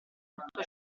tutto